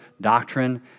doctrine